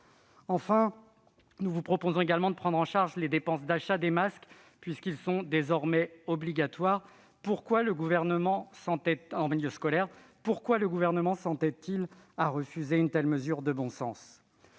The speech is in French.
Enfin, nous vous proposons de prendre en charge les dépenses d'achat des masques, puisqu'ils sont désormais obligatoires, notamment en milieu scolaire. Pourquoi le Gouvernement s'entête-t-il à refuser une telle mesure de bon sens ?